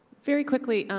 very quickly,